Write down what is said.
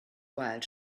while